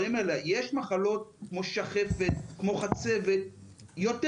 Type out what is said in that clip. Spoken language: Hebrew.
מחלות כמו שחפת וכמו חצבת שהן יותר